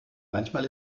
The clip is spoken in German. manchmal